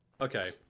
Okay